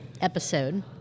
episode